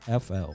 FL